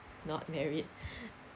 not married